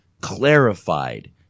clarified